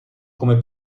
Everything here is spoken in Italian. come